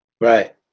Right